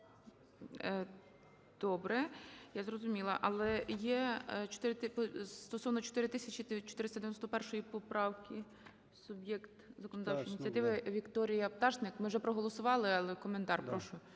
Добре. Я зрозуміла. Але є стосовно 4491 поправки суб'єкт законодавчої ініціативи Вікторія Пташник. Ми вже проголосували, але коментар. Прошу.